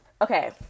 Okay